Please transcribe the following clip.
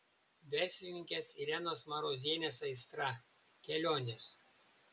verslininkės irenos marozienės aistra kelionės